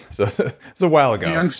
so so so while ago,